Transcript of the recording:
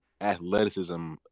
athleticism